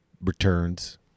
returns